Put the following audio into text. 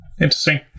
Interesting